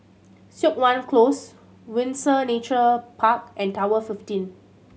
Siok Wan Close Windsor Nature Park and Tower fifteen